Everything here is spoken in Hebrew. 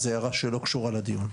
זו הערה שלא קשורה לדיון.